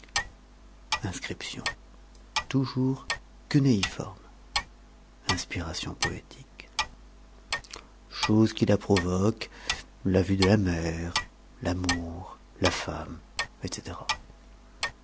inscription toujours cunéiforme inspiration poétique choses qui la provoquent la vue de la mer l'amour la femme etc